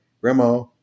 Grandma